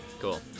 Cool